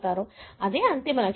కాబట్టి అది అంతిమ లక్ష్యం